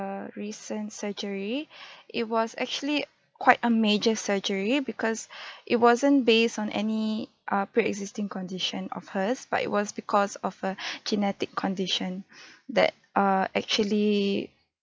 a recent surgery it was actually quite a major surgery because it wasn't based on any err pre-existing condition of hers but it was because of a genetic condition that err actually